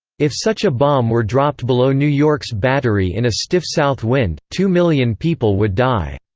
if such a bomb were dropped below new york's battery in a stiff south wind, two million people would die.